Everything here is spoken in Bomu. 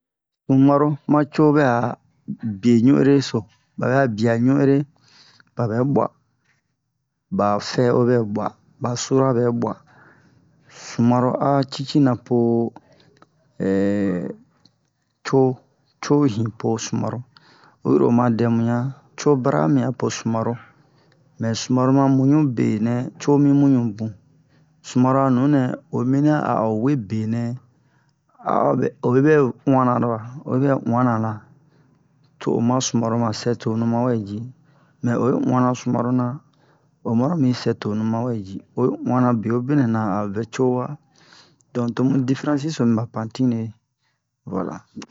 sumaro ma co bɛ'a bie ɲu ereso babɛ'a bia ɲu ereso babɛ bua ba fɛ'o bɛbua ba sura bɛbua sumaro a cicina po co co hinpo sumaro oyiro oma dɛmu yan co bara'a mipo sumaro mɛ sumaro ma muɲu benɛ co mi muɲu bun sumaro a nunɛ oyi mina a'o we benɛ a'obɛ oyi bɛ uwana ba oyi bɛ uwanara to oma sumaro ma sɛ tonu mawɛ ji mɛ oyi uwana sumaro na omaro mi sɛ tonu mawɛ ji oyi uwana bewobena avɛ cowa don tomu difference so miba pantine wala